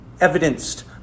evidenced